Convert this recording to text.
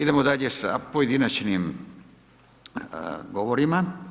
Idemo dalje sa pojedinačnim govorima.